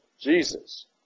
Jesus